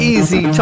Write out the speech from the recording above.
Easy